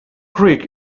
creek